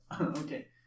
okay